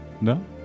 No